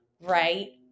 right